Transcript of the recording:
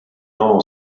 normal